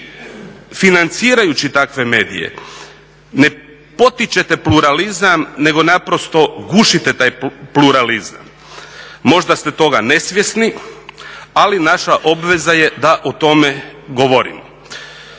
Vi financirajući ne potičete pluralizam nego naprosto gušite taj pluralizam. Možda ste toga nesvjesni ali naša obveza je da o tome govorimo.